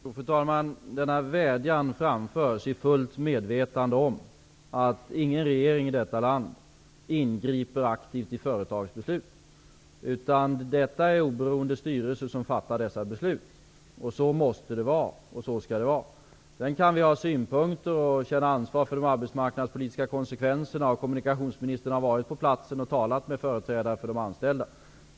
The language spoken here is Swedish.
Fru talman! Denna vädjan framförs i fullt medvetande om att ingen regering i detta land kan ingripa aktivt i företags beslut. Det är en oberoende styrelse som fattar dessa beslut. Så måste det vara, och så skall det vara. Sedan kan vi ha synpunkter och känna ansvar för de arbetsmarknadspolitiska konsekvenserna. Kommunikationsministern har varit på plats och talat med företrädare för de anställda.